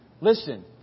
listen